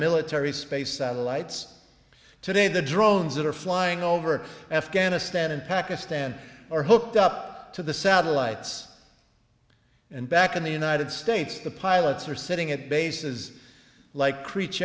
military space satellites today the drones that are flying over afghanistan and pakistan are hooked up to the satellites and back in the united states the pilots are sitting at bases like creech